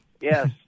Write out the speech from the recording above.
Yes